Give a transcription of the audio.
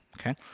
okay